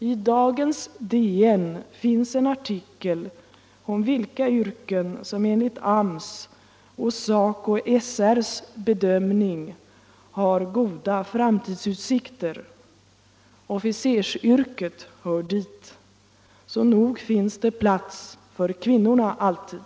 I dagens DN finns en artikel om vilka yrken som enligt AMS och SACO/SR:s bedömning har goda framtidsutsikter. Officersyrket hör dit. Så nog finns det plats för kvinnorna alltid!